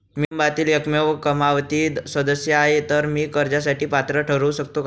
मी कुटुंबातील एकमेव कमावती सदस्य आहे, तर मी कर्जासाठी पात्र ठरु शकतो का?